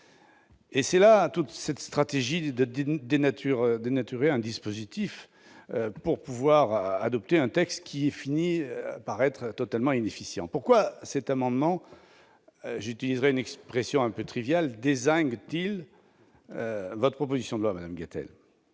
C'est là toute la stratégie : dénaturer un dispositif afin d'adopter un texte qui finit par être totalement inefficient. Pourquoi ce sous-amendement- j'emploierai une expression un peu triviale -dézingue-t-il votre proposition de loi, madame Gatel ?